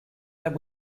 that